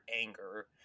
anger